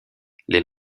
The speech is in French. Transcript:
les